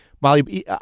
Molly